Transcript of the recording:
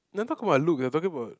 don't talk about look we're talking about